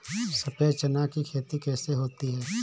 सफेद चना की खेती कैसे होती है?